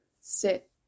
sit